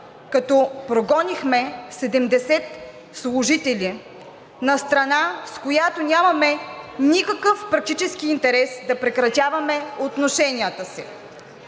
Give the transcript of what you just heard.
като прогонихме 70 служители на страна, с която нямаме никакъв практически интерес да прекратяваме отношенията си.